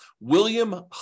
William